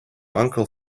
uncle